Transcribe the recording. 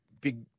big